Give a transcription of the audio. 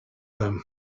them